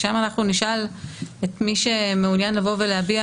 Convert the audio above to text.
ושם אנחנו נשאל את מי שמעוניין לבוא ולהביע